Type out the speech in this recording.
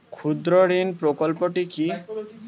ক্ষুদ্রঋণ প্রকল্পটি কি?